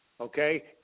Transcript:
Okay